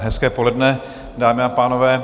Hezké poledne, dámy a pánové.